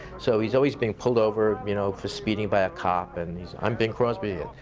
so he's always being pulled over, you know, for speeding by a cop, and he's, i'm bing crosby,